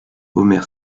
homer